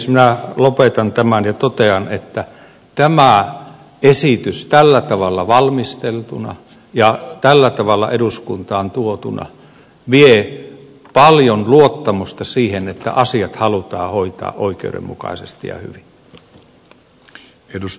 minä lopetan tämän ja totean että tämä esitys tällä tavalla valmisteltuna ja tällä tavalla eduskuntaan tuotuna vie paljon luottamusta siihen että asiat halutaan hoitaa oikeudenmukaisesti ja hyvin